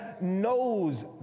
knows